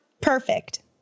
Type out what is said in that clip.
Perfect